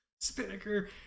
Spinnaker